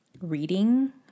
reading